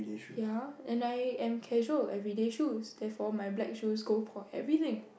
ya and I am on casual everyday shoe therefore my bag is always go point everything